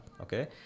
okay